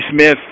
Smith